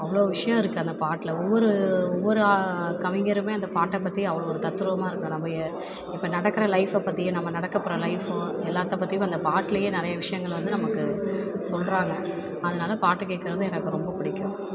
அவ்வளோவு விஷயம் இருக்குது அந்த பாட்டுல ஒவ்வொரு ஒவ்வொரு கவிஞருமே அந்த பாட்டை பற்றி அவ்வளோ ஒரு தத்ரூவமாக இருக்குது நம்மயே இப்போ நடக்கிற லைஃப பற்றி நம்ம நடக்கப்போகிற லைஃபு எல்லாத்தபத்தியும் அந்த பாட்லேயே நிறைய விஷயங்கள் வந்து நமக்கு சொல்கிறாங்க அதனால பாட்டு கேட்குறது எனக்கு ரொம்ப பிடிக்கும்